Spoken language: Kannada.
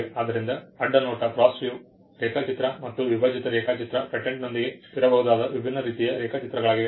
ಆದ್ದರಿಂದ ಅಡ್ಡ ನೋಟ ರೇಖಾಚಿತ್ರ ಮತ್ತು ವಿಭಜಿತ ರೇಖಾಚಿತ್ರ ಪೇಟೆಂಟ್ನೊಂದಿಗೆ ಇರಬಹುದಾದ ವಿಭಿನ್ನ ರೀತಿಯ ರೇಖಾಚಿತ್ರಗಳಾಗಿವೆ